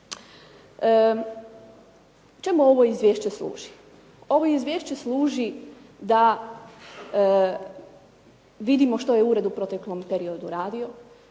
Čemu ovo izvješće služi? Ovo izvješće služi da vidimo što je ured u proteklom periodu radio,